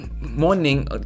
morning